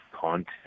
content